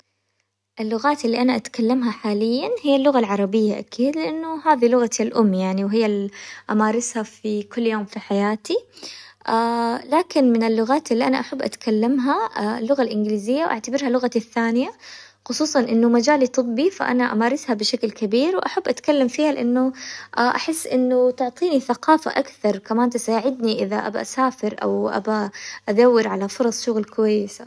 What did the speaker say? اللغات اللي أنا أتكلمها حالياً هي اللغة العربية أكيد لأنه هذي لغتي الأم، يعني وهي اللي أمارسها في كل يوم في حياتي، لكن من اللغات اللي أنا أحب أتكلمها اللغة الإنجليزية وأعتبرها لغتي الثانية، خصوصاً إنه مجالي طبي فأنا أمارسها بشكل كبير وأحب أتكلم فيها، لأنه أحس إنه تعطيني ثقافة أكثر، وكمان تساعدني إذا أبى أسافر أو أبى أدور على فرص شغل كويسة.